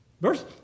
Verse